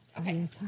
Okay